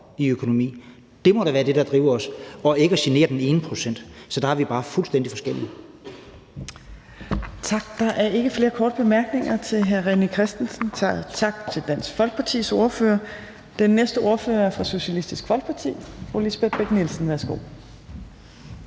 i økonomi. Det må da være det, der driver os, og ikke at genere den ene procent. Så der er vi bare fuldstændig forskellige. Kl. 11:18 Fjerde næstformand (Trine Torp): Tak. Der er ikke flere korte bemærkninger til hr. René Christensen. Tak til Dansk Folkepartis ordfører. Den næste ordfører er fra Socialistisk Folkeparti, og det er fru Lisbeth Bech-Nielsen. Værsgo.